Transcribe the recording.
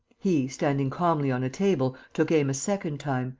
he, standing calmly on a table, took aim a second time,